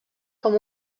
com